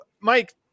Mike